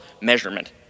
measurement